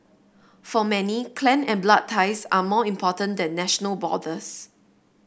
for many clan and blood ties are more important than national borders